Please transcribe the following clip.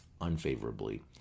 unfavorably